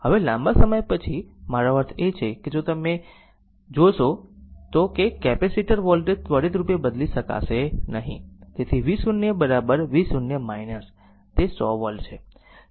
હવે લાંબા સમય પછી મારો અર્થ એ છે કે જો તમે જોશો તો કે કેપેસીટર વોલ્ટેજ ત્વરિત રૂપે બદલી શકશે નહીં તેથી v0 v0 તે 100 વોલ્ટ છે